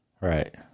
Right